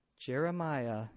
Jeremiah